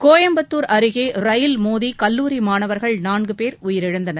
கோபம்புத்தூர் அருகே ரயில் மோதி கல்லூரி மாணவர்கள் நான்கு பேர் உயிரிழந்தனர்